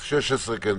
אז 16 כן תעמוד?